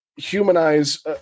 humanize